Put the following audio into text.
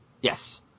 Yes